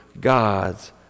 God's